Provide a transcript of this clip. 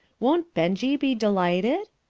won't benjie be delighted?